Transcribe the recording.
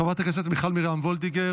חברת הכנסת גלית דיסטל,